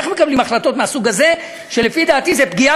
איך מקבלים החלטות מהסוג הזה, שלפי דעתי זו פגיעה